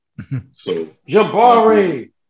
Jabari